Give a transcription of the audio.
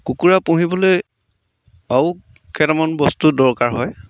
কুকুৰা পুহিবলৈ আৰু কেইটামান বস্তু দৰকাৰ হয়